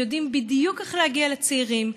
הם יודעים בדיוק איך להגיע לצעירים,